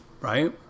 right